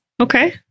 Okay